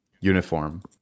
uniform